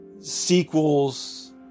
sequels